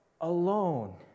alone